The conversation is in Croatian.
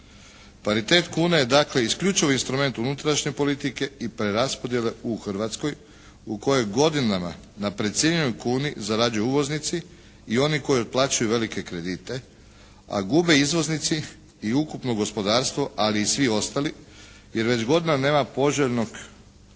Paritet kune je dakle isključivo instrument unutrašnje politike i preraspodjele u Hrvatskoj u kojoj godinama na precijenjenoj kuni zarađuju uvoznici i oni koji otplaćuju velike kredite, a gube izvoznici i ukupno gospodarstvo i svi ostali jer već godinama nema poželjnog privrednog